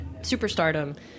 superstardom